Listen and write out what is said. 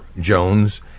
Jones